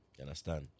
understand